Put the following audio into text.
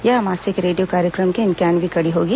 यह मासिक रेडियो कार्यक्रम की इंक्यानवीं कड़ी होगी